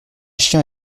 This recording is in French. chiens